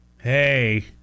Hey